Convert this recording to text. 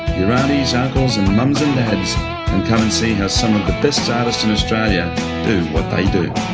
your aunties, uncles and mums and dads, and come and see how some of the best artists in australia do what they do.